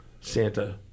Santa